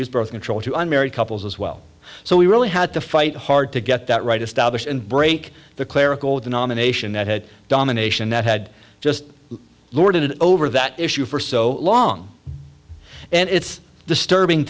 use birth control to unmarried couples as well so we really had to fight hard to get that right established and break the clerical the nomination that had domination that had just lorded over that issue for so long and it's disturbing